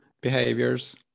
behaviors